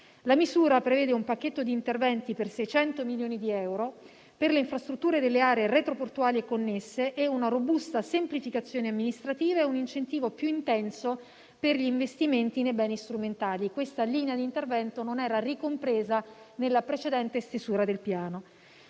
La misura prevede un pacchetto di interventi per 600 milioni di euro per le infrastrutture delle aree retroportuali e connesse, una robusta semplificazione amministrativa e un incentivo più intenso per gli investimenti nei beni strumentali. Questa linea di intervento non era ricompresa nella precedente stesura del piano.